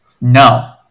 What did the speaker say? No